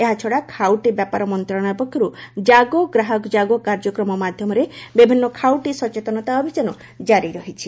ଏହାଛଡା ଖାଉଟୀ ବ୍ୟାପାର ମନ୍ତ୍ରଣାଳୟ ପକ୍ଷରୁ ଜାଗୋ ଗ୍ରାହକ ଜାଗୋ କାର୍ଯ୍ୟକ୍ରମ ମାଧ୍ଘମରେ ବିଭିନ୍ନ ଖାଉଟୀ ସଚେତନତା ଅଭିଯାନ ଜାରି ରହିଛି